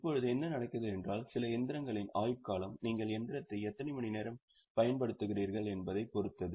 இப்போது என்ன நடக்கிறது என்றால் சில இயந்திரங்களின் ஆயுட்காலம் நீங்கள் இயந்திரத்தை எத்தனை மணி நேரம் பயன்படுத்துகிறீர்கள் என்பதைப் பொறுத்தது